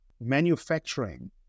manufacturing